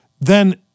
then-